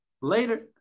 later